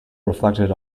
reflected